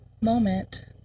moment